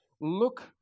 look